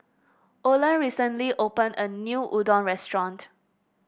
Olen recently open a new Udon Restaurant